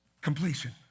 completion